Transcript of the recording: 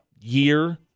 year